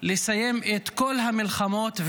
לסיים את כל המלחמות,